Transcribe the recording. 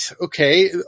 okay